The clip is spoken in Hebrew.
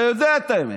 אתה יודע את האמת,